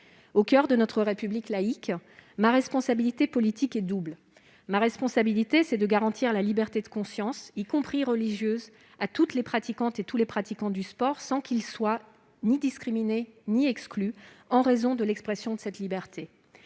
Au coeur de notre République laïque, ma responsabilité politique est double. Elle consiste d'abord à garantir la liberté de conscience, y compris religieuse, à toutes les pratiquantes et pratiquants du sport sans qu'ils soient ni discriminés ni exclus en raison de l'expression de cette liberté.